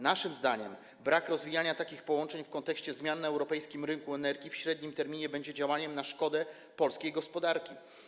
Naszym zdaniem nierozwijanie takich połączeń w kontekście zmian na europejskim rynku energii w średnim terminie będzie działaniem na szkodę polskiej gospodarki.